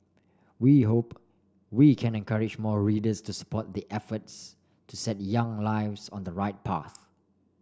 we hope we can encourage more readers to support the efforts to set young lives on the right path